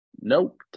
Nope